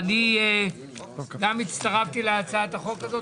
אני גם הצטרפתי להצעת החוק הזאת.